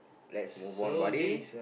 let's move on buddy